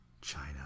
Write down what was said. China